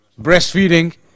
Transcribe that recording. breastfeeding